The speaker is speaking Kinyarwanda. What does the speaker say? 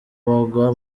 bagwa